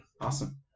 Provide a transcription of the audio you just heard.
Awesome